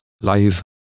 Live